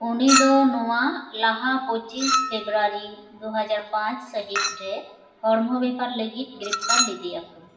ᱩᱱᱤ ᱫᱚ ᱱᱚᱣᱟ ᱞᱟᱦᱟ ᱯᱚᱸᱪᱤᱥ ᱯᱷᱮᱵᱽᱨᱟᱨᱤ ᱫᱩᱦᱟᱡᱟᱨ ᱯᱟᱸᱪ ᱥᱟᱹᱦᱤᱛ ᱨᱮ ᱦᱚᱲᱢᱚ ᱵᱮᱯᱟᱨ ᱞᱟᱹᱜᱤᱫ ᱜᱨᱮᱯᱛᱟᱨ ᱞᱮᱫᱮᱭᱟᱠᱚ